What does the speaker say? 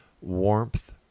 warmth